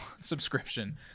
subscription